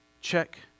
Check